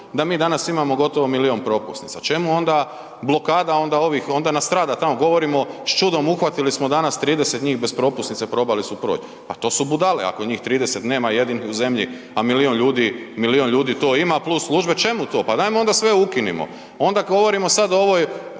da mi danas imamo gotovo milijun propusnica. Čemu onda blokada onda ovih, onda nastrada tamo, govorimo s čudom uhvatili smo danas 30 njih bez propusnica, probali su proć. Pa to su budale ako njih 30 nema jedini u zemlji, a milijun ljudi to ima plus službe, čemu to, pa dajmo onda sve ukinimo. Onda govorimo sad o ovoj